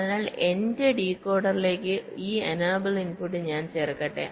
അതിനാൽ എന്റെ ഡീകോഡറിലേക്ക് ഈ എനേബിൾ ഇൻപുട്ട് ഞാൻ ചേർക്കട്ടെ